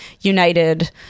united